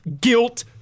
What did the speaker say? guilt